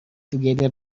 together